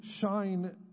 shine